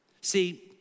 See